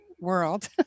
world